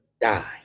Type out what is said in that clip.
die